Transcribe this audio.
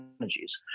energies